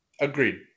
Agreed